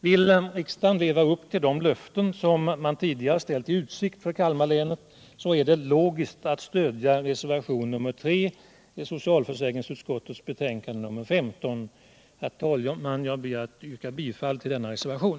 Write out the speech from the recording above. Vill riksdagen leva upp till de löften som man tidigare givit Kalmarlänet så är det logiskt att stödja reservation nr 3 i socialförsäkringsutskottets betänkande nr 15. Herr talman! Jag ber att få yrka bifall till denna reservation.